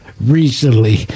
recently